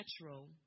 natural